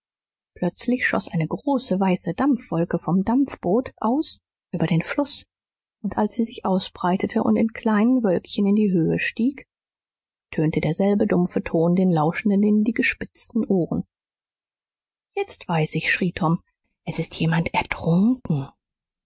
plötzlich schoß eine große weiße dampfwolke vom dampfboot aus über den fluß und als sie sich ausbreitete und in kleinen wölkchen in die höhe stieg tönte derselbe dumpfe ton den lauschenden in die gespitzten ohren jetzt weiß ich schrie tom s ist jemand ertrunken